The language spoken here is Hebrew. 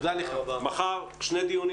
מחר שני דיונים.